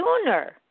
sooner